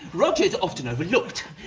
roger's often overlooked.